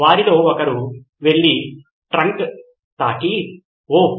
వారిలో ఒకరు వెళ్లి ట్రంక్ తాకి "వోహ్